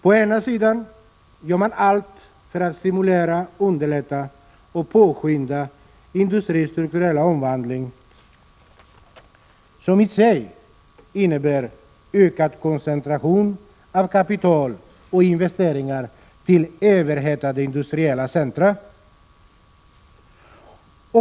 Å ena sidan gör man allt för att stimulera, underlätta och påskynda industrins strukturella omvandling, som i sig innebär ökad koncentration av kapital och investeringar till överhettade industriella centra.